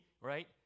right